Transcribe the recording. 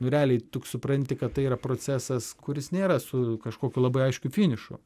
nu realiai tu juk supranti kad tai yra procesas kuris nėra su kažkokiu labai aiškiu finišu